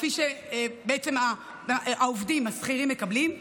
כפי שבעצם העובדים השכירים מקבלים,